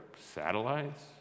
satellites